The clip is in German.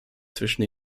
zwischen